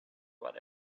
what